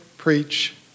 Preach